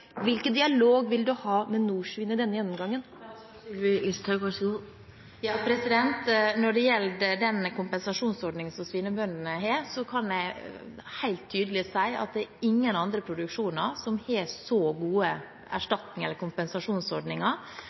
dialog vil hun ha med Norsvin i denne gjennomgangen? Når det gjelder den kompesasjonsordningen som svinebøndene har, kan jeg helt tydelig si at det er ingen andre produksjoner som har så gode erstatnings- eller kompensasjonsordninger